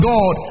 God